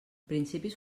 principis